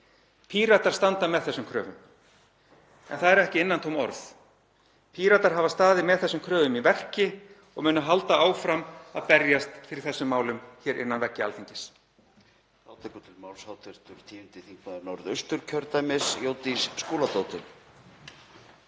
Píratar standa með þessum kröfum en það eru ekki innantóm orð. Píratar hafa staðið með þessum kröfum í verki og munu halda áfram að berjast fyrir þessum málum hér innan veggja Alþingis.